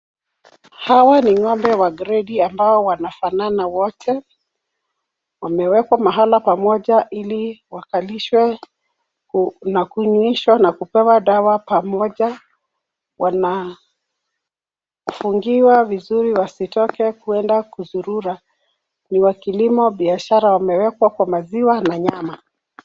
Hawa ni ngombe wa gredi ambao wanafanana wote. Wamewekwa mahala pamoja ili wakalishwe na kunywishwa na kupewa dawa pamoja. Wanafungiwa vizuri wasitoke kuenda kuzurura. Ni wa kilimo biashara. Wamewekwa kwa maziwa na nyama.